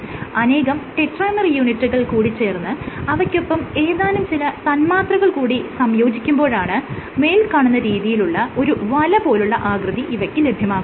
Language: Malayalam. അനേകം ടെട്രാമെർ യൂണിറ്റുകൾ കൂടിചേർന്ന് അവയ്ക്കൊപ്പം ഏതാനും ചില തന്മാത്രകൾ കൂടി സംയോജിക്കുമ്പോഴാണ് മേൽകാണുന്ന രീതിയിലുള്ള ഒരു വല പോലുള്ള ആകൃതി ഇവയ്ക്ക് ലഭ്യമാകുന്നത്